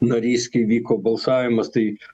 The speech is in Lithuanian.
narys kai vyko balsavimas tai